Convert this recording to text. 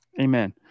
Amen